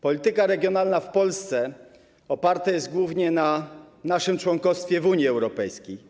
Polityka regionalna w Polsce oparta jest głównie na naszym członkostwie w Unii Europejskiej.